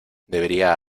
debería